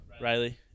Riley